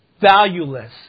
valueless